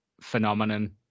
phenomenon